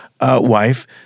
wife